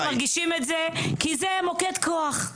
אנחנו מרגישים את זה, כי זה מוקד כוח.